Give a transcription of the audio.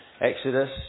Exodus